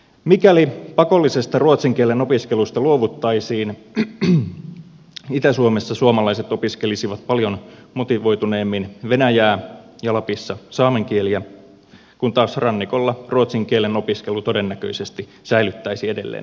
mikäli pakollisesta ruotsin kielen opiskelusta luovuttaisiin itä suomessa suomalaiset opiskelisivat paljon motivoituneemmin venäjää ja lapissa saamen kieliä kun taas rannikolla ruotsin kielen opiskelu todennäköisesti säilyttäisi edelleen asemansa